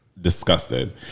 Disgusted